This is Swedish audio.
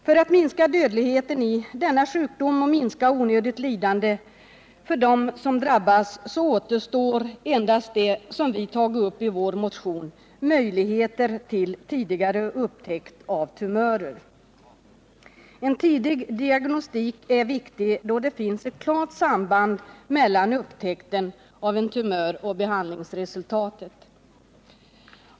För att minska dödligheten i denna sjukdom och minska onödigt lidande för dem som drabbas återstår endast det som vi tagit upp i vår motion, möjligheter till tidigare upptäckt av tumörer. En tidig diagnostik är viktig, eftersom det finns ett klart samband mellan upptäckten av en tumör och behandlingsresultatet.